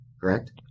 correct